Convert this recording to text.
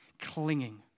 clinging